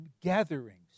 gatherings